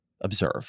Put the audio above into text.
observe